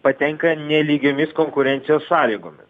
patenka nelygiomis konkurencijos sąlygomis